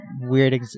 weird